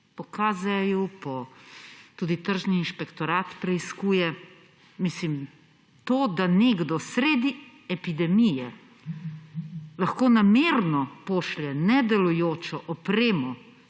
Po KZ-ju, tudi tržni inšpektorat preiskuje. Mislim to, da nekdo sredi epidemije lahko namerno pošlje nedelujočo opremo,